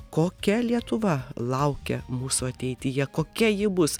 kokia lietuva laukia mūsų ateityje kokia ji bus